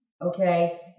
Okay